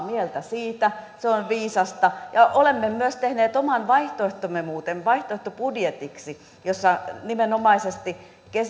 mieltä siitä se on viisasta ja olemme muuten myös tehneet oman vaihtoehtomme vaihtoehtobudjetiksi jossa nimenomaisesti